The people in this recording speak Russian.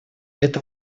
это